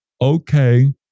okay